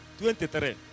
23